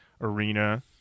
arena